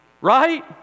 Right